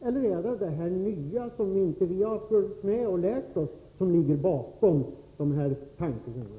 Eller är det detta nya som vi inte har följt med och lärt oss som ligger bakom dessa tankegångar?